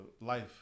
life